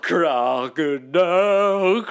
Crocodile